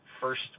first